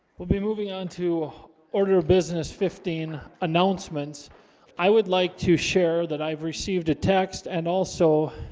we'll be moving on to order of business fifteen announcements i would like to share that i've received a text and also